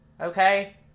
Okay